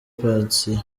pansiyo